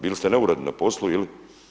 Bili ste neuredni na poslu ili?